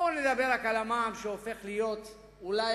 בוא נדבר רק על המע"מ שהופך להיות אולי